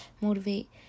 motivate